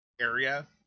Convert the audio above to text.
area